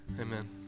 Amen